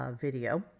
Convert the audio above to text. Video